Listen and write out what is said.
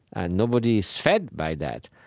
and nobody is fed by that.